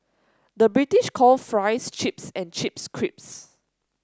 the British call fries chips and chips crisps